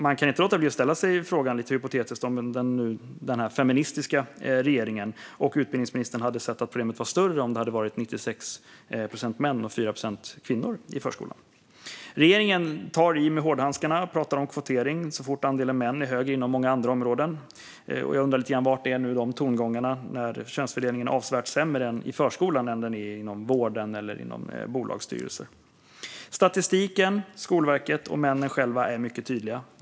Jag kan inte låta bli att ställa den lite hypotetiska frågan om den här så kallat feministiska regeringen och utbildningsministern hade ansett att problemet var större om det hade varit 96 procent män och 4 procent kvinnor i förskolan. Regeringen tar i med hårdhandskarna och pratar om kvotering så fort andelen män är större inom många andra områden. Var är de tongångarna nu när könsfördelningen är avsevärt sämre i förskolan än inom vården eller bolagsstyrelser? Statistiken, Skolverket och männen själva är mycket tydliga.